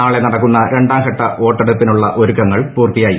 നാളെ നടക്കുന്ന രണ്ടാം ഘട്ട വോട്ടെടടുപ്പിനുള്ള ഒരുക്കങ്ങൾ പൂർത്തിയായി